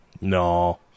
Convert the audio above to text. No